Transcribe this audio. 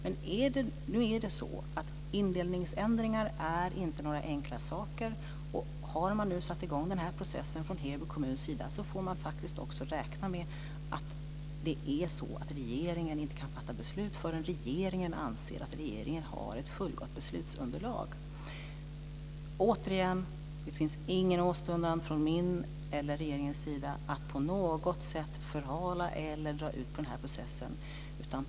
Men indelningsändringar är inte några enkla saker, och har man från Heby kommuns sida nu satt i gång den här processen får man också räkna med att regeringen inte kan fatta beslut förrän regeringen anser sig ha ett fullgott beslutsunderlag. Återigen vill jag säga att det inte finns någon åstundan från min eller regeringens sida att på något sätt förhala eller dra ut på processen.